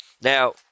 Now